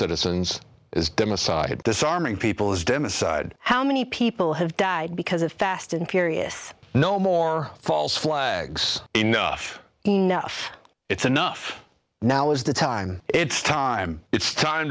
citizens is demo side disarming people has demonstrated how many people have died because of fast and furious no more false flags enough enough it's enough now is the time it's time it's time